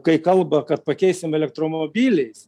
kai kalba kad pakeisim elektromobiliais